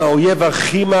עם האויב הכי,